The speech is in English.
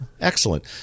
Excellent